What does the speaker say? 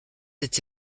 etc